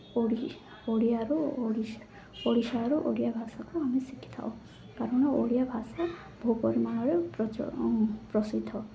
ଓଡ଼ିଆରୁ ଓଡ଼ିଶାରୁ ଓଡ଼ିଆ ଭାଷାକୁ ଆମେ ଶିଖିଥାଉ କାରଣ ଓଡ଼ିଆ ଭାଷା ବହୁ ପରିମାଣରେ ପ୍ରସିଦ୍ଧ